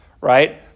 right